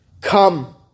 Come